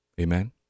Amen